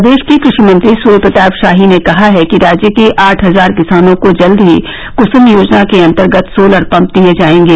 प्रदेश के कृषि मंत्री सूर्य प्रताप शाही ने कहा कि राज्य के आठ हजार किसानों को जल्द ही कृसुम योजना के अंतर्गत सोलर पंप दिए जाएंगे